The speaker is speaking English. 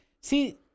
See